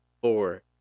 four